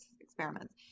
experiments